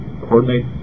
coordinate